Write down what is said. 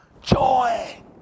joy